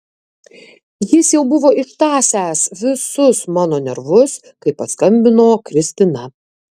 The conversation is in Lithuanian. jis jau buvo ištąsęs visus mano nervus kai paskambino kristina